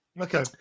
okay